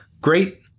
great